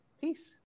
Peace